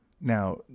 Now